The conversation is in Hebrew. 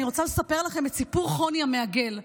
אני רוצה לספר לכם את סיפור חוני המעגל.